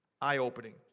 eye-opening